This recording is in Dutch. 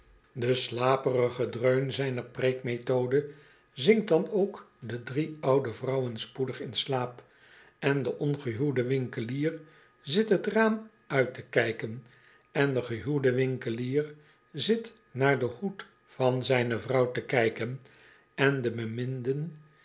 de slaperige dreun zijner preekmethocie zingt dan ook de drie oude vrouwen spoedig in slaap en de ongehuwde winkelier zit t raam uit te kijken en de gehuwde winkelier zit naar den hoed van zijne vrouw te kijken en de